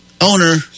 owner